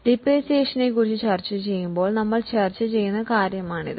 ഡിപ്രീസിയേഷനെക്കുറിച്ച് ചർച്ചചെയ്യുമ്പോൾ ഞങ്ങൾ ചർച്ച ചെയ്യുന്ന കാര്യമാണിത്